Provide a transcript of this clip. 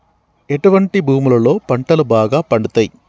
ఎటువంటి భూములలో పంటలు బాగా పండుతయ్?